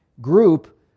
group